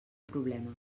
problema